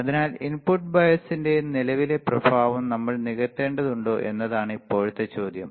അതിനാൽ ഇൻപുട്ട് ബയസ്ൻറെ നിലവിലെ പ്രഭാവം നമ്മൾ നികത്തേണ്ടതുണ്ടോ എന്നതാണ് ഇപ്പോഴത്തെ ചോദ്യം